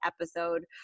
episode